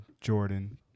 jordan